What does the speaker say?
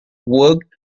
worked